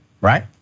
right